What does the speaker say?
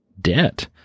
debt